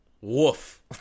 Woof